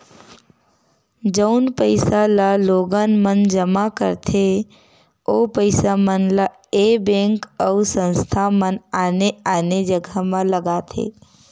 जउन पइसा ल लोगन मन जमा करथे ओ पइसा मन ल ऐ बेंक अउ संस्था मन आने आने जघा म लगाथे